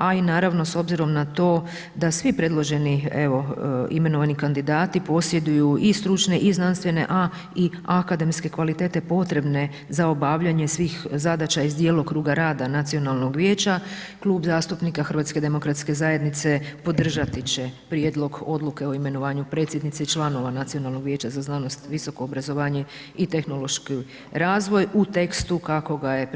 A i naravno s obzirom na to da svi predloženi evo imenovani kandidati posjeduju i stručne i znanstvene a i akademske kvalitete potrebne za obavljanje svih zadaća iz djelokruga rada Nacionalnog vijeća Klub zastupnika HDZ-a podržati će Prijedlog odluke o imenovanju predsjednice i članova Nacionalnog vijeća za znanost, visoko obrazovanje i tehnološki razvoj u tekstu kako ga je